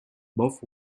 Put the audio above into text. both